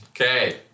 Okay